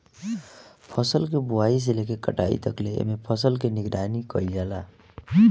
फसल के बोआई से लेके कटाई तकले एमे फसल के निगरानी कईल जाला